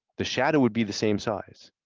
the shadow would be the same size.